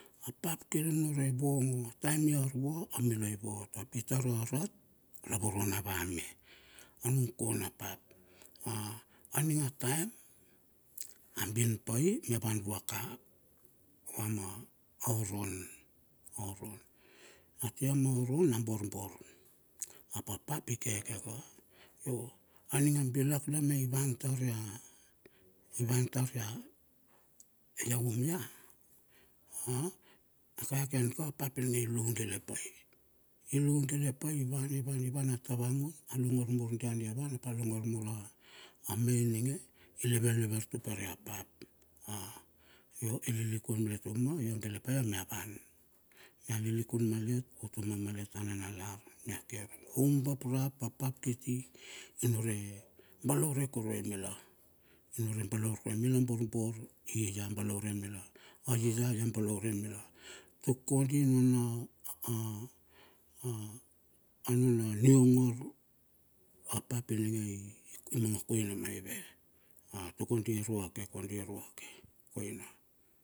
A pap kir inunure vongo ataem iar vua amila ivot ap itor arat lavorona va me anung kona pap a aning ataem abin pai mia van vua ka vua ma a oron aoron atia ma oron a borbor. Ap apap ikekeka yo aning abilak na me ivan taur ya, ivan taur ya, ya um ya a kaka yanka apap ininge ilu gile pai. Ilu gile pai ivan ivan ivan atavangun a longor mur dia dia van ap alongor mur a ame ininge i levelever tupere apap, yo ililikun malet utuma iagile paia ma van mia lilikun malet utuma malet a nanalar mia ke aumubap rap apap kiti inunure balaure kurue mila nunure balaure mila borbor i ya balaure mila a yiya ya balaure mila tuk kodi anuna niongor apap ininge i i imanga koina maive tuk kodi iruake koina iruake koina.